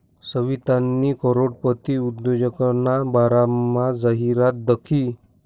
सवितानी करोडपती उद्योजकना बारामा जाहिरात दखी